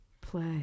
play